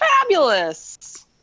fabulous